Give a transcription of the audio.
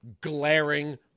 glaring